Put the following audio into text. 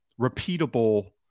repeatable